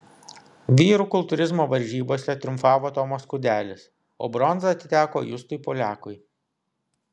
vyrų kultūrizmo varžybose triumfavo tomas kudelis o bronza atiteko justui poliakui